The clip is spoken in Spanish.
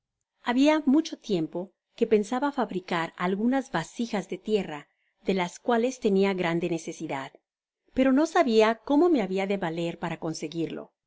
habia mucho tiempo que pensaba fabricar algunas fasijas de tierra de las cuales tenia grande necesidad pero no sabia cómo me habia de valer para conseguirlo